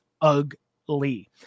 ugly